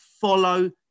follow